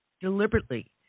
deliberately